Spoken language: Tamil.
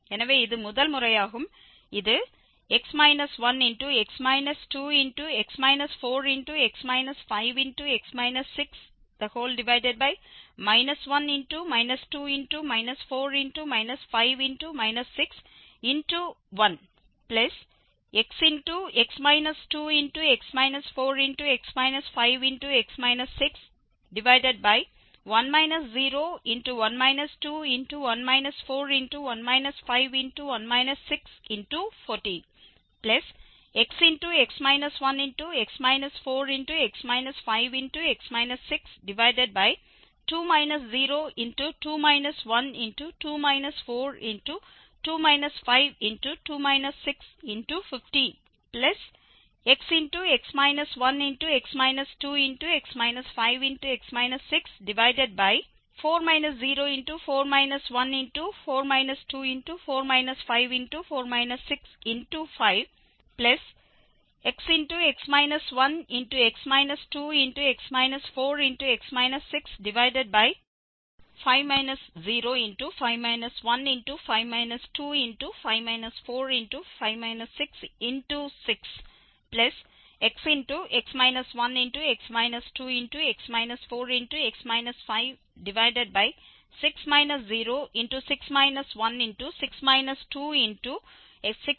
எனவே இது முதல் முறையாகும் இது x-1x-2x-4x-5x-6×1xx-2x-4x-5x-61 01 21 4×14xx-1x-4x-5x-62 02 12 4×15xx-1x-2x-5x-64 04 14 2×5xx-1x-2x-4x-65 05 15 2×6xx-1x-2x-4x-56 06 16 2×19